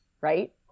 right